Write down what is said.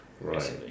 Right